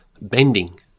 Bending